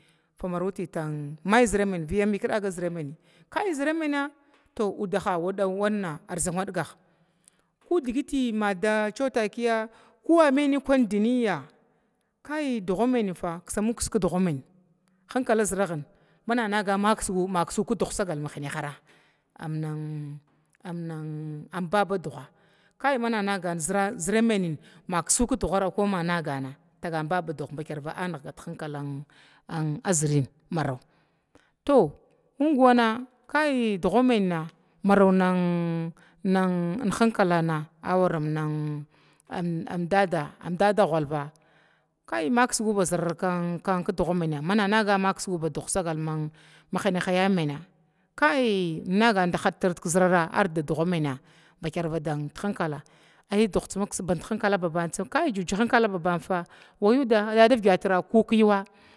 tan kai mai zəra mini zəramina undaha kai mai zəra wannah arzawaɗga kudigitna ciwa takiya kuwama nyinin dikwaya, kai dugha mainfa kissukig hinkala zərahgna mana nagana ma kissu dughna ma kissu sagal mahnahara, aam nan aam nan baba dugha zəra minin ma kussu dughara makana nagana, tagan baba dugha ki hinkalan a zərina marawa, to mingwana kai dugha mina maraw nin hinkalana awaram nin amdada ghulva kai ma naga kisu zəra kussina mananagu ba dughna makisu zara ya mina hadtir zərara dugha yamina batar kalkalan babam fah dada vigatira kisku kiyuwa.